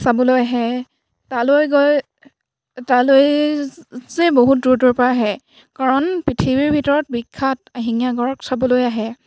চাবলৈ আহে তালৈ গৈ তালৈ যে বহুত দূৰ দূৰৰ পৰা আহে কাৰণ পৃথিৱীৰ ভিতৰত বিখ্যাত এশিঙীয়া গঁড়ক চাবলৈ আহে